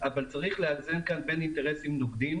אבל צריך לאזן כאן בין אינטרסים נוגדים